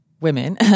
women